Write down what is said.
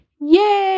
yay